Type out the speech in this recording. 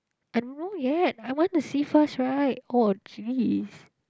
I don't know yet I want to see first right oh geez